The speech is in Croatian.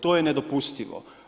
To je nedopustivo.